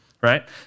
right